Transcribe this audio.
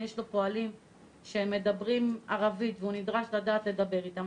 יש לו פועלים שמדברים ערבית והוא נדרש לדעת לדבר איתם,